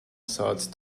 sad